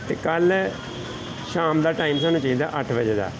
ਅਤੇ ਕੱਲ੍ਹ ਸ਼ਾਮ ਦਾ ਟਾਈਮ ਸਾਨੂੰ ਚਾਹੀਦਾ ਅੱਠ ਵਜੇ ਦਾ